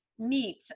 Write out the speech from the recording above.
meet